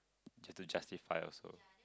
has to justify also